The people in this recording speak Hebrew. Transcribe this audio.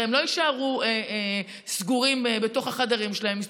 הרי הם לא יישארו סגורים בתוך החדרים שלהם,